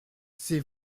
c’est